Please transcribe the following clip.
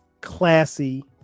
classy